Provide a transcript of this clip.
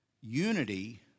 unity